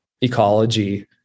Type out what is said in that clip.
ecology